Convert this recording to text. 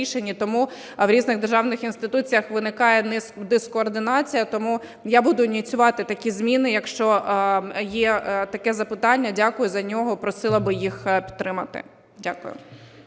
тому в різних держаних інституціях виникає дискоординація. Тому я буду ініціювати такі зміни. Якщо є таке запитання, дякую за нього, просила би їх підтримати. Дякую.